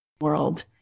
world